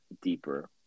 deeper